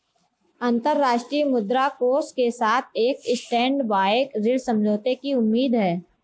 अंतर्राष्ट्रीय मुद्रा कोष के साथ एक स्टैंडबाय ऋण समझौते की उम्मीद है